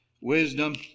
wisdom